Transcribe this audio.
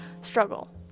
struggle